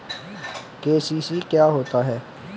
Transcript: KCC क्या होता है?